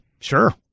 sure